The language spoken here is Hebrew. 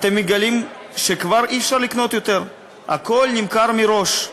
אתם מגלים שכבר אי-אפשר לקנות, הכול נמכר מראש.